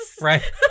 Right